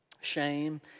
shame